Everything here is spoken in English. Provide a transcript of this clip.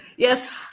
Yes